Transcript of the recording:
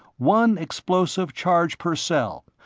one explosive charge per cell,